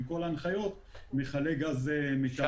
עם כל ההנחיות - מכלי גז מיטלטלים.